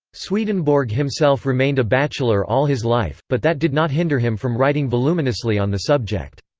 swedenborg himself remained a bachelor all his life, but that did not hinder him from writing voluminously on the subject.